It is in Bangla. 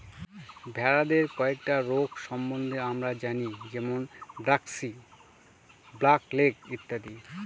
ভেড়াদের কয়েকটা রোগ সম্বন্ধে আমরা জানি যেমন ব্র্যাক্সি, ব্ল্যাক লেগ ইত্যাদি